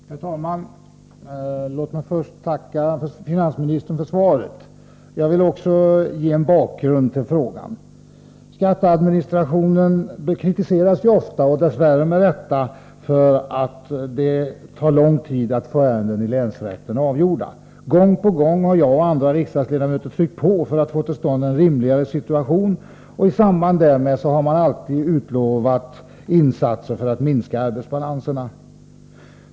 Herr talman! Låt mig först tacka finansministern för svaret på min fråga. Jag vill ge en bakgrund till denna. Skatteadministrationen kritiseras ju ofta, och dess värre med rätta, för att det tar lång tid att få ärenden i länsrätter avgjorda. Gång på gång har jag och andra rikdagsledamöter tryckt på för att få till stånd en rimligare situation, och i samband därmed har man alltid utlovat insatser för att minska arbetsbalanserna.